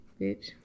bitch